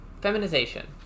feminization